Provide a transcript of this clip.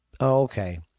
okay